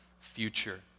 future